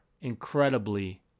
incredibly